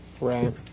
Right